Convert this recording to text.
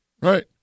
right